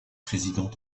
présidents